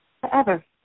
forever